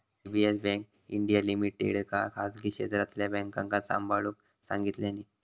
DBS bank India लिमिटेडका खासगी क्षेत्रातल्या बॅन्कांका सांभाळूक सांगितल्यानी